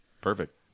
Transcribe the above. Perfect